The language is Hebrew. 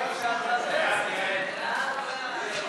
רשות מקרעי ישראל,